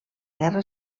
guerra